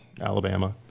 Alabama